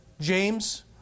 James